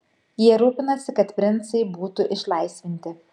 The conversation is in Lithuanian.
jie rūpinasi kad princai būtų išlaisvinti